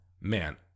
man